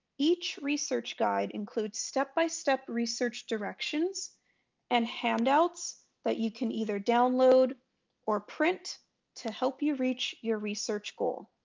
each research guide includes step-by-step research directions and handouts that you can either download or print to help you reach your research goal.